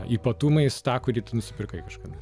ypatumais tą kurį tu nusipirkai kažkada